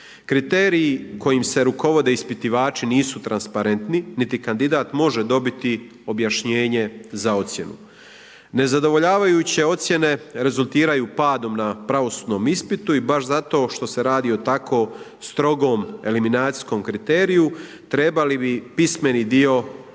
Kriteriji kojim se rukovode ispitivači nisu transparentni niti kandidat može dobiti objašnjenje za ocjenu. Nezadovoljavajuće ocjene rezultiraju padom na pravosudnom ispitu i baš zato što se radi o tako strogom eliminacijskom kriteriju, trebali bi pismeni dio potpuno